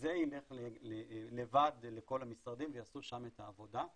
וזה יילך לבד לכל המשרדים ויעשו שם את העבודה.